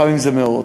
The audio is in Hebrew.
לפעמים זה מאות,